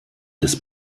des